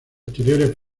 exteriores